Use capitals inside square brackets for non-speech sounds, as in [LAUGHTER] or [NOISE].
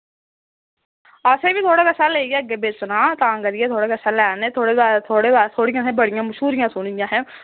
असें बी थुआढ़े कशा लेइयै अग्गे बेचना तां करियै थुआढ़े कशा लै ने [UNINTELLIGIBLE] थुआढ़ियां असें बड़ियां मश्हूरियां सुनी दियां असें